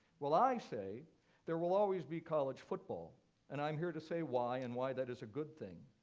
well, i say there will always be college football and i am here to say why and why that is a good thing.